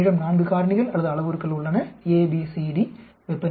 என்னிடம் 4 காரணிகள் அல்லது அளவுருக்கள் உள்ளன A B C D